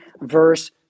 verse